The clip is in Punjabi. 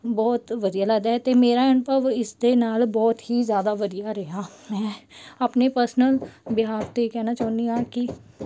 ਬਹੁਤ ਵਧੀਆ ਲੱਗਦਾ ਹੈ ਅਤੇ ਮੇਰਾ ਅਨੁਭਵ ਇਸ ਦੇ ਨਾਲ ਬਹੁਤ ਹੀ ਜ਼ਿਆਦਾ ਵਧੀਆ ਰਿਹਾ ਹੈ ਆਪਣੇ ਪਰਸਨਲ ਬਿਹਾਫ 'ਤੇ ਕਹਿਣਾ ਚਾਹੁੰਦੀ ਹਾਂ ਕਿ